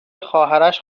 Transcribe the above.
خواهرش